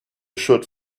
should